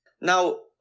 Now